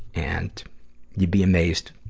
and you'd be amazed